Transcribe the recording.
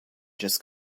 just